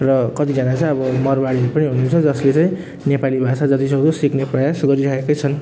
र कतिजना चाहिँ अब मरवाडीहरू पनि हुनुहुन्छ जसले चाहिँ नेपाली भाषा जति सक्दो सिक्ने प्रयास गरिरहेकै छन्